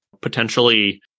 potentially